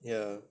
ya